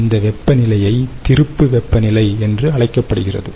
அந்த வெப்பநிலையை திருப்பு வெப்பநிலை என்று அழைக்கப்படுகிறது